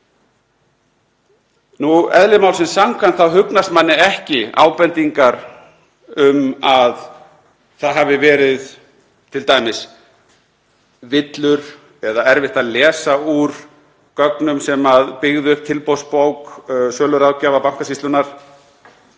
Eðli málsins samkvæmt þá hugnast manni ekki ábendingar um að það hafi t.d. verið villur eða erfitt að lesa úr gögnum sem byggðu upp tilboðsbók söluráðgjafa Bankasýslunnar.